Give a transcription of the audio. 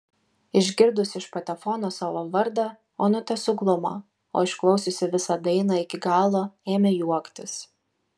išgirdusi iš patefono savo vardą onutė suglumo o išklausiusi visą dainą iki galo ėmė juoktis